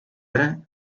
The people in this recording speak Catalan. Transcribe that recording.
hora